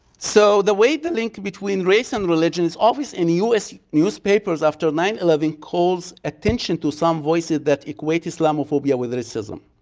so the way the link between race and religion is obvious in us newspapers after nine eleven calls attention to some voices that equate islamophobia with racism.